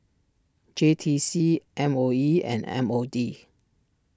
J T C M O E and M O D